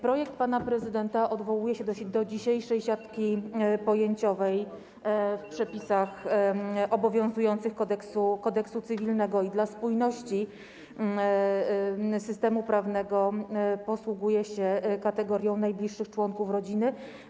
Projekt pana prezydenta odwołuje się do dzisiejszej siatki pojęciowej w obowiązujących przepisach Kodeksu cywilnego i dla spójności systemu prawnego posługuje się kategorią najbliższych członków rodziny.